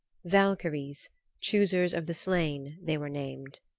valkyries, choosers of the slain, they were named.